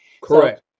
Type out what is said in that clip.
Correct